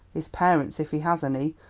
his parents, if he has any,